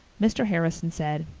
mr. harrison said,